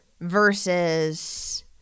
versus